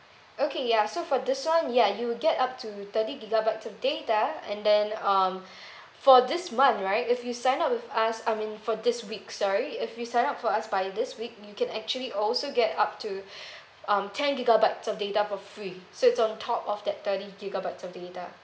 okay ya so for this one ya you'll get up to thirty gigabytes of data and then um for this month right if you sign up with us I mean for this week sorry if you sign up for us by this week you can actually also get up to um ten gigabytes of data for free so it's on top of that thirty gigabytes of data